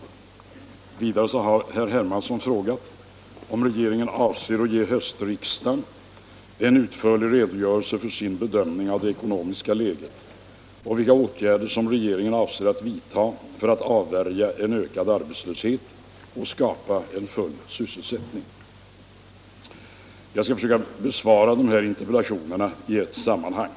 Vidare har herr 29 oktober 1975 Hermansson frågat mig om regeringen avser att ge höstriksdagen en utförlig redogörelse för sin bedömning av det ekonomiska läget och vilka — Allmänpolitisk åtgärder som regeringen avser att vidta för att avvärja en ökad arbetslöshet — debatt och skapa full sysselsättning. Jag avser att besvara samtliga dessa interpellationer i ett sammanhang.